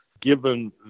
given